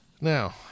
Now